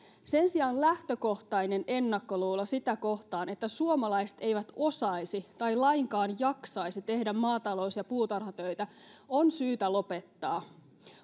sen sijaan lähtökohtainen ennakkoluulo sitä kohtaan että suomalaiset eivät osaisi tai lainkaan jaksaisi tehdä maatalous ja puutarhatöitä on syytä lopettaa